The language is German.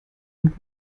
und